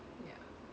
ya